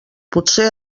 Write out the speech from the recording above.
potser